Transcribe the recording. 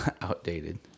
outdated